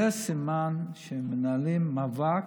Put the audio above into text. זה הסימן שכשמנהלים מאבק,